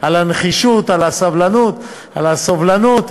עוד מעט תיכנסי לרשימת המחוקקים במדינת ישראל.